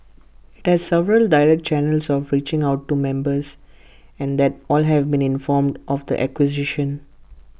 IT has several direct channels of reaching out to members and that all have been informed of the acquisition